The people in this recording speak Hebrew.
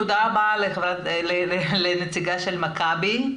תודה רבה לנציגת מכבי.